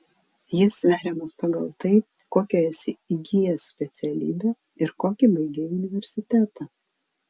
jis sveriamas pagal tai kokią esi įgijęs specialybę ir kokį baigei universitetą